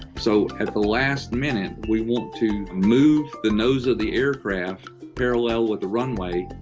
so, at the last minute, we want to move the nose of the aircraft parallel with the runway,